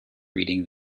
reading